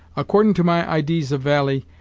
accordin' to my idees of valie,